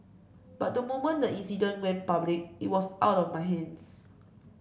but the moment the incident went public it was out of my hands